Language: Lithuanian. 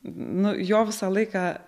nu jo visą laiką